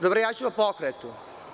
dobro, ja ću o pokretu.